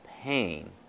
pain